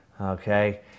okay